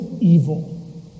evil